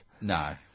No